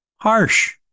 Harsh